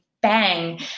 Bang